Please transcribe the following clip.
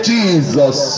Jesus